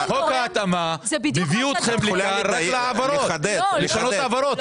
חוק ההתאמה בדיוק רק לשנות העברות,